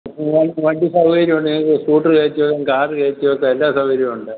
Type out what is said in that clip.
ഇവിടെ വണ്ടി സൗകര്യമുണ്ട് നിങ്ങൾക്ക് സ്കൂട്ടറ് കയറ്റി വെക്കാം കാറ് കയറ്റി വെക്കാം എല്ലാ സൗകര്യമുണ്ട്